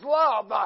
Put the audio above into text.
love